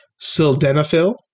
sildenafil